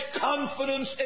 confidence